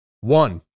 One